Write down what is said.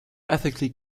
ethically